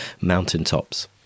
mountaintops